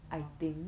!wah!